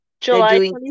July